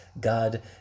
God